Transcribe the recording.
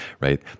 right